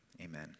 Amen